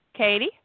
Katie